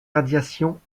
radiations